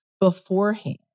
beforehand